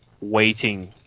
waiting